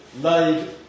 laid